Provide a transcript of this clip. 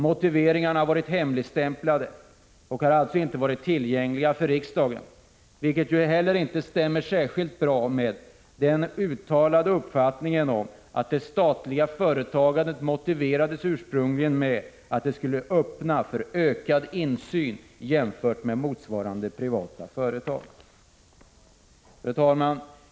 Motiveringarna har varit hemligstämplade och alltså inte varit tillgängliga för riksdagen. Detta stämmer inte heller särskilt bra med den ursprungliga motiveringen att det statliga företagandet skulle ge ökad insyn jämfört med motsvarande privata företagande. Fru talman!